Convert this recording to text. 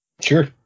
Sure